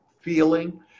feeling